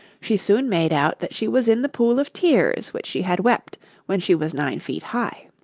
she soon made out that she was in the pool of tears which she had wept when she was nine feet high.